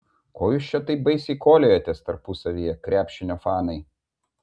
ko jūs čia taip baisiai koliojatės tarpusavyje krepšinio fanai